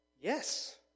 Yes